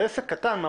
זה עסק קטן.